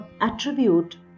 attribute